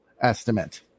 estimate